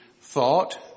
thought